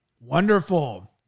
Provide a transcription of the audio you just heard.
Wonderful